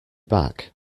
back